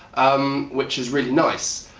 um which is really nice.